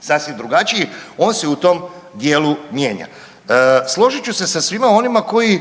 sasvim drugačiji, on se u tom dijelu mijenja. Složit ću se sa svima onima koji